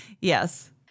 Yes